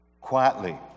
quietly